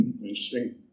interesting